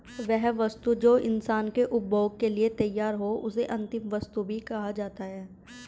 वह वस्तु जो इंसान के उपभोग के लिए तैयार हो उसे अंतिम वस्तु भी कहा जाता है